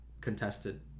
Contested